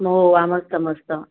हो आम्हाला समजतं